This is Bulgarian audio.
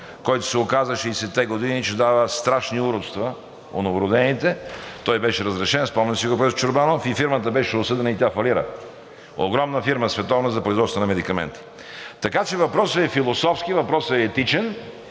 който се оказа през 60-те години, че дава страшни уродства у новородените. Той беше разрешен, спомняте си го, професор Чорбанов, фирмата беше осъдена и фалира – огромна световна фирма за производство на медикаменти. Така че въпросът е философски, въпросът е етичен,